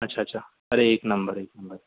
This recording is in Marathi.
अच्छा अच्छा अरे एक नंबर एक नंबर